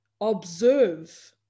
observe